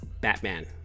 Batman